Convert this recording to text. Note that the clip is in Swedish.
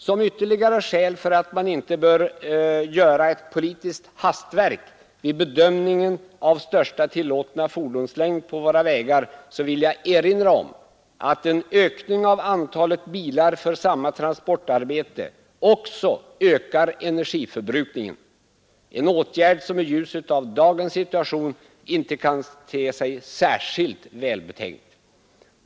Som ytterligare skäl för att man inte bör göra ett politiskt hastverk vid bedömningen av största tillåtna fordonslängd på våra vägar vill jag erinra om att en ökning av antalet bilar för samma transportarbete också ökar energiförbrukningen — en åtgärd som i dagens situation inte kan te sig särdeles välbetänkt.